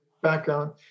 background